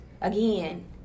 again